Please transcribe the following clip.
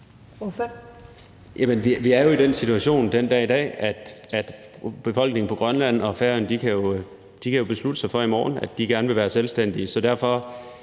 (V): Vi er jo i den situation den dag i dag, at befolkningen på Grønland og Færøerne i morgen kan beslutte sig for, at de gerne vil være selvstændige.